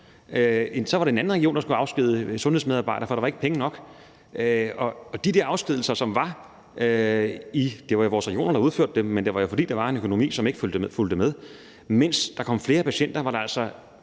Så var det en anden region, der skulle afskedige sundhedsmedarbejdere, fordi der ikke var penge nok. Der var de der afskedigelser. Det var vores regioner, der udførte dem, men det var jo, fordi der var en økonomi, som ikke fulgte med. Mens der kom flere patienter, blev der